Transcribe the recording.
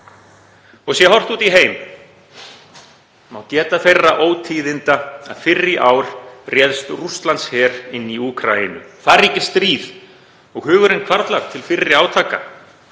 Sé horft út í heim má geta þeirra ótíðinda að fyrr í ár réðst Rússlandsher inn í Úkraínu. Þar ríkir stríð og hugurinn hvarflar til fyrri átaka.